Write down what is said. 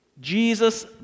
Jesus